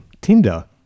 Tinder